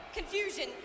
Confusion